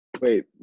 Wait